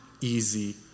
easy